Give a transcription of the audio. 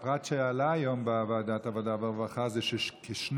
הפרט שעלה היום בוועדת העבודה והרווחה זה שכשני